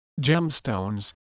gemstones